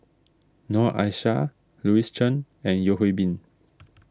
Noor Aishah Louis Chen and Yeo Hwee Bin